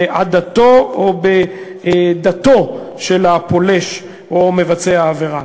בעדתו או בדתו של הפולש או מבצע העבירה.